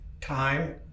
time